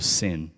sin